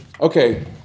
Okay